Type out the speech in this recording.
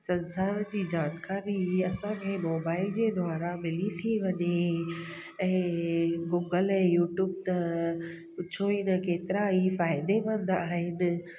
संसार जी जानकारी असांखे मोबाइल जे द्वारा मिली थी वञे ऐं गूगल ऐं यूट्यूब त पुछो ई न केतिरा ई फ़ाइदेमंदु आहिनि